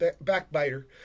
Backbiter